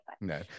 No